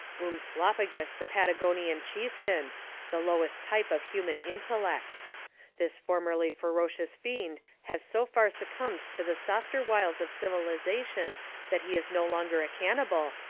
umslopogus the patagonian chieftain the lowest type of human intellect this formerly ferocious fiend has so far succumbed to the softer wiles of civilization that he is no longer a cannibal,